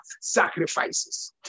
sacrifices